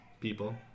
people